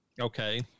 Okay